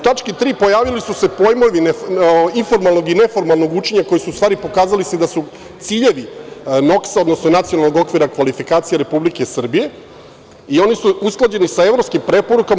U tački 3) pojavili su se pojmovi informalnog i neformalnog učenja za koje se pokazalo da su ciljevi NOKS-a, odnosno Nacionalnog okvira kvalifikacija Republike Srbije i oni su usklađeni sa evropskim preporukama.